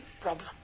problem